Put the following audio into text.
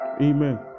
Amen